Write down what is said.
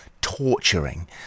torturing